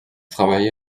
travaillé